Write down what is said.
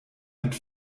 mit